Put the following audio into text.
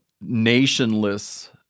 nationless